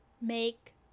make